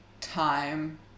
time